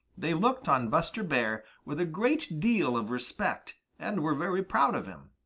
they looked on buster bear with a great deal of respect and were very proud of him.